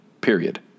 Period